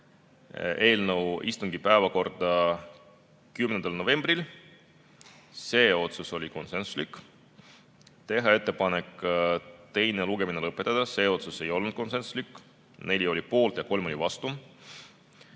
eelnõu istungi päevakorda 10. novembriks, see otsus oli konsensuslik; teha ettepanek teine lugemine lõpetada, see otsus ei olnud konsensuslik, 4 oli poolt ja 3 oli vastu;